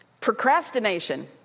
Procrastination